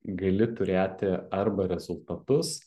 gali turėti arba rezultatus